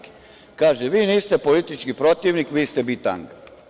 Kaže – vi niste politički protivnik, vi ste bitanga.